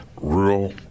Rural